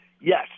yes